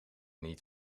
niet